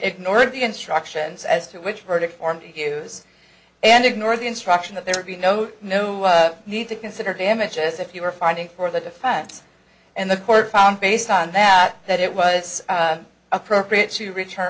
ignored the instructions as to which verdict form views and ignore the instruction that there would be note no need to consider damages if you were fighting for the defense and the court found based on that that it was appropriate to return